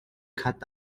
khat